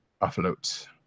afloat